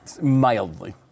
Mildly